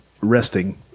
resting